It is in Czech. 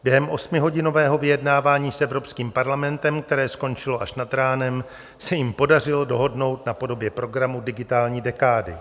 Během osmihodinového vyjednávání s Evropským parlamentem, které skončilo až nad ránem, se jim podařilo dohodnout na podobě programu digitální dekády.